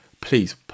please